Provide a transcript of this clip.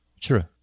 True